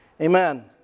Amen